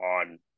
on